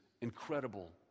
incredible